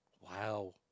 Wow